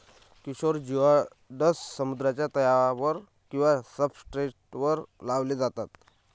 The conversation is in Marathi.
किशोर जिओड्स समुद्राच्या तळावर किंवा सब्सट्रेटवर लावले जातात